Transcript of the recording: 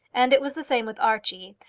and it was the same with archie.